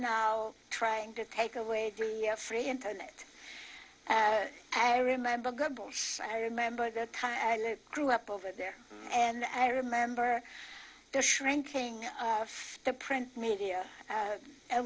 now trying to take away the free internet i remember i remember the time i grew up over there and i remember the shrinking of the print media